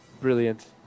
brilliant